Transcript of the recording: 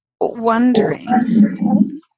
Wondering